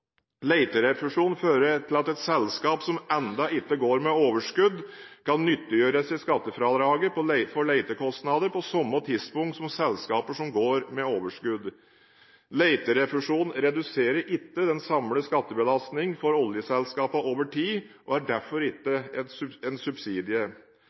fører til at selskap som ennå ikke går med overskudd, kan nyttiggjøre seg skattefradraget for letekostnader på samme tidspunkt som selskaper som går med overskudd. Leterefusjonen reduserer ikke den samlede skattebelastningen for oljeselskapene over tid og er derfor